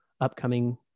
upcoming